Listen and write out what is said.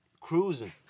Cruising